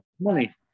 money